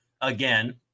again